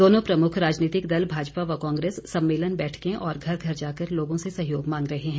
दोनों प्रमुख राजनीतिक दल भाजपा व कांग्रेस सम्मेलन बैठकें और घर घर जाकर लोगों से सहयोग मांग रहे हैं